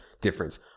difference